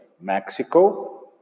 Mexico